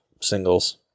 singles